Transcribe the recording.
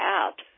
out